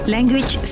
Language